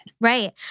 Right